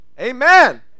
Amen